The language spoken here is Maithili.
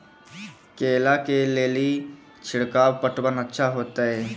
केला के ले ली छिड़काव पटवन अच्छा होते?